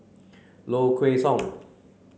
Low Kway Song